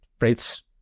Rates